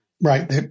right